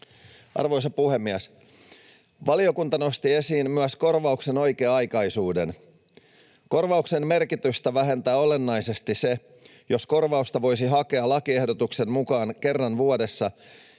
Arvoisa puhemies! Valiokunta nosti esiin myös korvauksen oikea-aikaisuuden. Korvauksen merkitystä vähentää olennaisesti se, jos korvausta voisi hakea lakiehdotuksen mukaan kerran vuodessa,